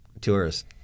tourists